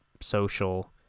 social